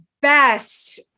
best